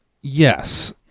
yes